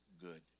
good